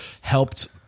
helped